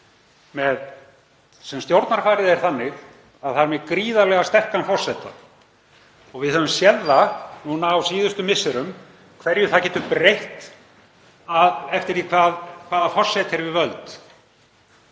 sem stjórnarfarið er þannig að þeir eru með gríðarlega sterkan forseta. Við höfum séð það á síðustu misserum hverju það getur breytt, eftir því hvaða forseti er við völd.